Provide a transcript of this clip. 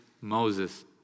Moses